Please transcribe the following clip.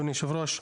אדוני יושב הראש,